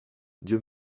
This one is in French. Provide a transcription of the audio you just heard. dieu